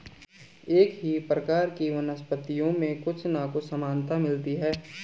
एक ही प्रकार की वनस्पतियों में कुछ ना कुछ समानता मिलती है